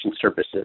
services